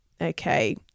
okay